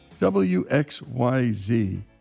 WXYZ